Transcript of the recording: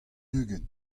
ugent